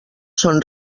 són